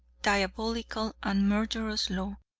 diabolical, and murderous law.